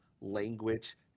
language